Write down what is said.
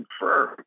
confirm